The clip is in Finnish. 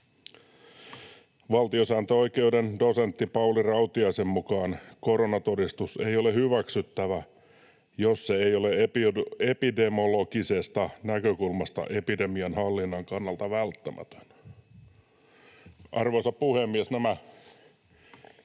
Valtiosääntöoikeuden dosentti Pauli Rautiaisen mukaan koronatodistus ei ole hyväksyttävä, jos se ei ole epidemiologisesta näkökulmasta epidemian hallinnan kannalta välttämätön.” Arvoisa puhemies! Nämä